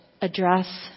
address